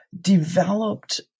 Developed